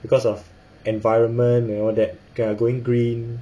because of environment and all that going green